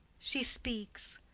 she speaks.